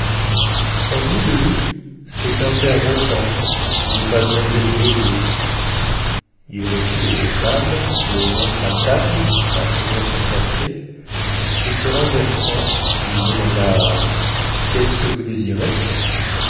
on disait de lui c'est un père bon temps qui n'est pas bien levé tous les jours il reçut les deux femmes le ventre à table achevant son café et se renversant il demanda qu'est-ce que vous désirez